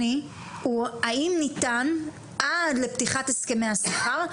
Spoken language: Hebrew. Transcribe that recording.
אנו מבקשים לדעת האם ניתן עד לפתיחת הסכמי השכר,